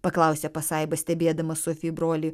paklausė pasaiba stebėdamas sofi brolį